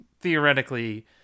theoretically